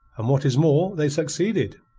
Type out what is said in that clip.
and what is more, they've succeeded.